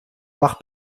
macht